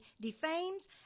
defames